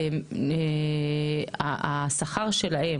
והשכר שלהן,